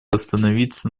остановиться